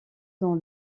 dans